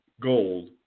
gold